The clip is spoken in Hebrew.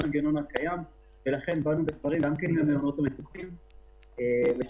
לכן באנו בדברים עם המעונות המפוקחים,